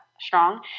strong